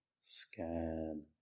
scan